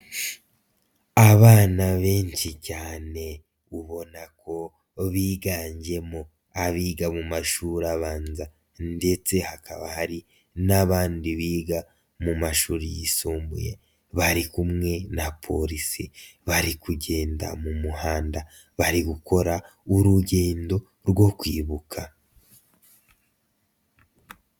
Abana benshi cyane ubona ko biganjemo abiga mu mashuri abanza. Ndetse hakaba hari n'abandi biga mu mashuri yisumbuye. Bari kumwe na polisi. Bari kugenda mu muhanda. Bari gukora' urugendo rwo kwibuka.